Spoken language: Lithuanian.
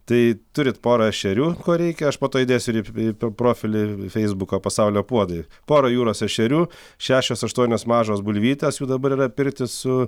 tai turit porą ešerių ko reikia aš po to įdėsiu ir į į profilį feisbuko pasaulio puodai porą jūros ešerių šešios aštuonios mažos bulvytės jų dabar yra pirti su